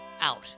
out